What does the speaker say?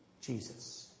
Jesus